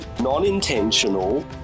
non-intentional